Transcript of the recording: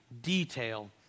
detail